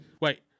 Wait